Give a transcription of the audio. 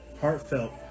Heartfelt